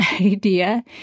idea